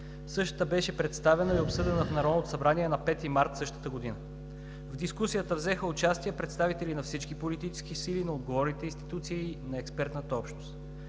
Същата беше представена и обсъдена в Народното събрание на 5 март същата година. В дискусията взеха участие представители на всички политически сили, на отговорните институции и на експертната общност.